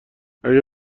اگر